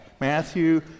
Matthew